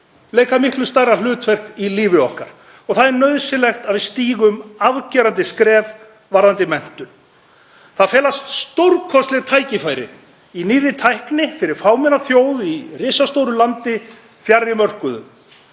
leika miklu stærra hlutverk í lífi okkar og það er nauðsynlegt að við stígum afgerandi skref varðandi menntun. Það felast stórkostleg tækifæri í nýrri tækni fyrir fámenna þjóð í risastóru landi, fjarri mörkuðum.